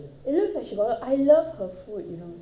it looks like she got a lot of I love her food you know